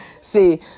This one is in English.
See